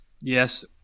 yes